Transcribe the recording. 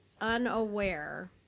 unaware